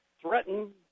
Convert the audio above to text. threaten